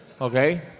Okay